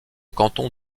canton